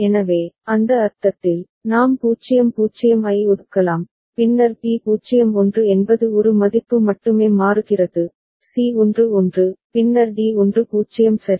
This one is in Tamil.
எனவே அந்த அர்த்தத்தில் நாம் 0 0 ஐ ஒதுக்கலாம் பின்னர் b 0 1 என்பது ஒரு மதிப்பு மட்டுமே மாறுகிறது c 1 1 பின்னர் d 1 0 சரி